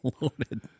loaded